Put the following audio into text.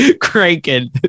cranking